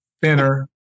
thinner